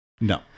No